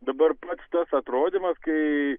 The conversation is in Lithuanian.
dabar pats tas atrodymas kai